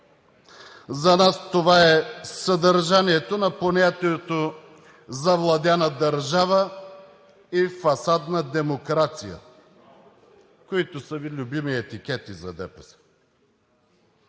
За нас това е съдържанието на понятията „завладяна държава“ и „фасадна демокрация“, които са Ви любими етикети за ДПС.